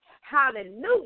Hallelujah